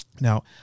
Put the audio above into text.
Now